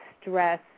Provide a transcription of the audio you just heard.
stress